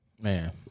Man